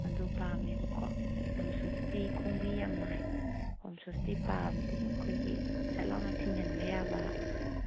ꯑꯗꯨ ꯄꯥꯝꯃꯦꯕꯀꯣ ꯄꯝꯁꯨꯁꯇꯤ ꯈꯣꯡꯕꯤ ꯌꯥꯝ ꯅꯥꯏ ꯄꯝꯁꯨꯁꯇꯤ ꯄꯥꯝꯗꯦ ꯑꯩꯈꯣꯏꯒꯤ ꯁꯠ ꯂꯥꯎꯅ ꯊꯤꯡꯖꯟꯕ ꯌꯥꯕ